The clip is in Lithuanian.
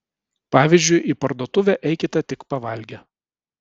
pavyzdžiui į parduotuvę eikite tik pavalgę